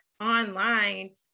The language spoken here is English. online